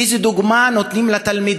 איזו דוגמה נותנים לתלמידים?